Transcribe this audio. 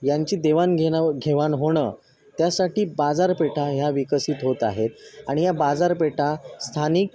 यांची देवाणघेवाण घेवाण होणं त्यासाठी बाजारपेठा ह्या विकसित होत आहेत आणि या बाजारपेठा स्थानिक